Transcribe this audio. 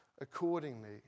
accordingly